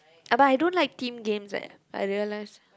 ah but I don't like team games eh I realise